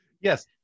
yes